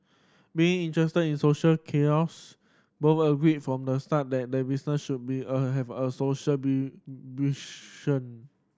being interested in social chaos both agreed from the start that their business should be a a have a social be